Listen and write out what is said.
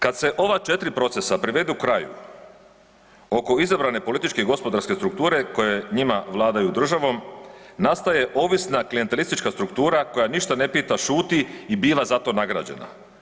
Kad se ova 4 procesa privedu kraju oko izabrane političke i gospodarske strukture koje njima vladaju državom nastaje ovisna klijantelistička struktura koja ništa ne pita, šuti i biva za to nagrađena.